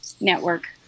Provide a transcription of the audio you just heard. network